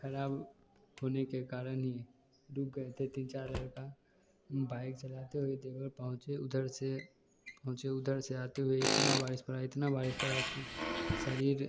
खराब होने के कारण ही रुक गए थे तीन चार लड़का बाइक चलाते हुए देवघर पहुँचे उधर से पहुँचे उधर से आते हुए इतना बारिश पड़ा इतना बारिश पड़ा कि शरीर